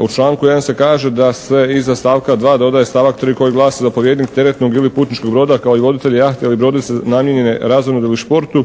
u članku 1. se kaže da se iza stavka 2. dodaje stavak 3. koji glasi: "Zapovjednik teretnog ili putničkog broda kao i voditelj jahte ili brodice namijenjene razonodi ili športu